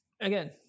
Again